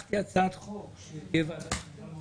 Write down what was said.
הגשתי הצעת חוק שתהיה ועדת חקירה.